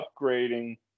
upgrading